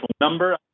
number